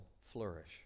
flourish